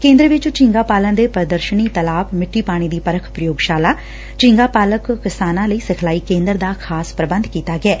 ਕੇਦਰ ਵਿਚ ਝੀਗਾ ਪਾਲਣ ਦੇ ਪ੍ਰਦਰਸ਼ਨੀ ਤਲਾਬ ਸਿੱਟੀ ਪਾਣੀ ਦੀ ਪਰਖ ਪ੍ਰਯੋਗਸ਼ਾਲਾ ਝੀਗਾ ਪਾਲਕ ਕਿਸਾਨਾਂ ਲਈ ਸਿਖਲਾਈ ਕੇਂਦਰ ਦਾ ਖ਼ਾਸ ਪ੍ਰਬੰਧ ਕੀਤਾ ਗਿਐ